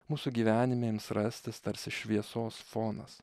mūsų gyvenime ims rastis tarsi šviesos fonas